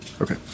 Okay